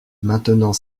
maintenant